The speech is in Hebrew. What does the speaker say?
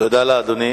תודה לאדוני.